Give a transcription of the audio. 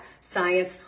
science